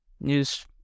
news